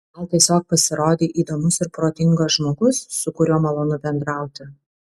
gal tiesiog pasirodei įdomus ir protingas žmogus su kuriuo malonu bendrauti